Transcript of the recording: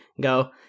go